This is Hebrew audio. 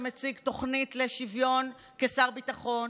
שמציג תוכנית לשוויון כשר ביטחון,